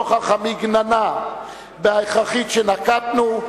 נוכח המגננה ההכרחית שנקטנו,